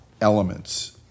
elements